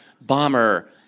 bomber